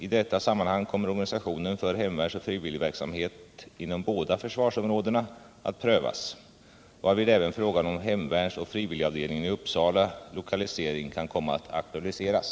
I detta sammanhang kommer organisationen för hemvärnsoch frivilligverksamhet inom båda försvarsområdena att prövas, varvid även frågan om hemvärnsoch frivilligavdelningens i Uppsala lokalisering kan komma att aktualiseras.